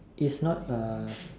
it's not uh